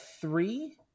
three